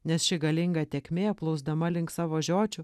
nes ši galinga tėkmė plūsdama link savo žiočių